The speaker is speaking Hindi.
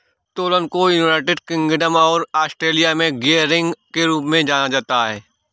उत्तोलन को यूनाइटेड किंगडम और ऑस्ट्रेलिया में गियरिंग के रूप में जाना जाता है